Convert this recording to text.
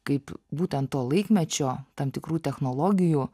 kaip būtent to laikmečio tam tikrų technologijų